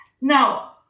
now